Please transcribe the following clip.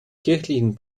kirchlichen